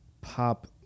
pop